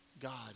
God